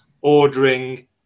ordering